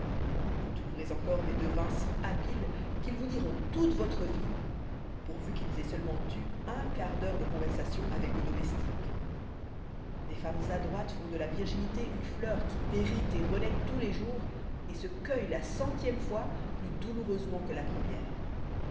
vous trouverez encore des devins si habiles qu'ils vous diront toute votre vie pourvu qu'ils aient seulement eu un quart d'heure de conversation avec vos domestiques des femmes adroites font de la virginité une fleur qui fleurit et renaît tous les jours et se cueille la centième fois plus douloureusement que la première